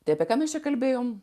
tai apie ką mes čia kalbėjome